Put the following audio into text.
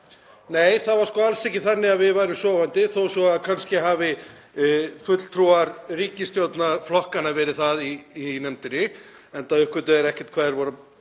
Nei, það var sko alls ekki þannig að við værum sofandi þó svo að kannski hafi fulltrúar ríkisstjórnarflokkanna verið það í nefndinni, enda uppgötvuðu þeir ekkert hvað þeir voru að